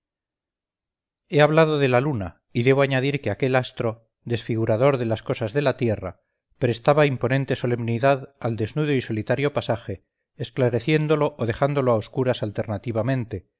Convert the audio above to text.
he hablado de la luna y debo añadir que aquel astro desfigurador de las cosas de la tierra prestaba imponente solemnidad al desnudo y solitario paisaje esclareciéndolo o dejándolo a oscuras alternativamente